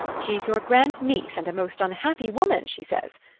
she's your grand-niece, and a most unhappy woman she says.